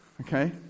Okay